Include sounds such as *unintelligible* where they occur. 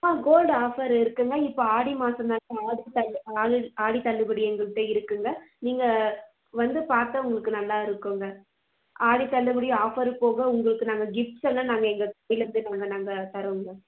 ஆ gold offer இருக்குங்க இப்போ ஆடி மாதந்தாங்க ஆடித் தள் ஆளில் ஆடித் தள்ளுபடி எங்கள்கிட்ட இருக்குங்க நீங்கள் வந்து பார்த்தா உங்களுக்கு நல்லா இருக்குங்க ஆடித் தள்ளுபடி ஆஃபரு போக உங்களுக்கு நாங்கள் கிஃப்ட்ஸ்லாம் நாங்கள் எங்கள் சைடில் *unintelligible* நாங்கள் தரோங்க